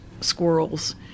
squirrels